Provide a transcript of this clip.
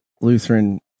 Lutheran